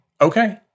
okay